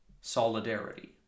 Solidarity